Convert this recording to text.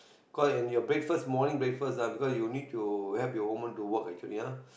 breakfast your breakfast morning breakfast ah because you need to have your hormone to work actually ah